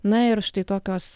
na ir štai tokios